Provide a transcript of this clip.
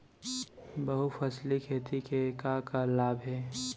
बहुफसली खेती के का का लाभ हे?